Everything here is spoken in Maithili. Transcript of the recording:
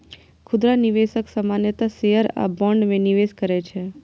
खुदरा निवेशक सामान्यतः शेयर आ बॉन्ड मे निवेश करै छै